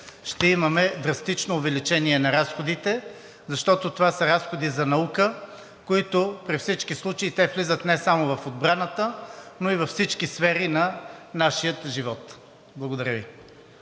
ще имаме драстично увеличение на разходите, защото това са разходи за наука, които при всички случаи влизат не само в отбраната, но и във всички сфери на нашия живот. Благодаря Ви.